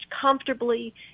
comfortably